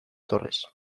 torres